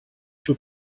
suo